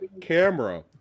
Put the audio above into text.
camera